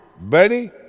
buddy